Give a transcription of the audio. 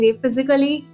physically